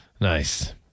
Nice